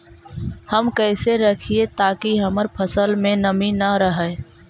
हम कैसे रखिये ताकी हमर फ़सल में नमी न रहै?